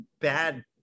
bad